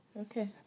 Okay